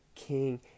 king